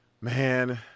Man